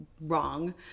wrong